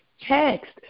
Text